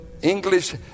English